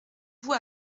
vous